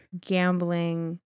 gambling